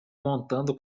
montando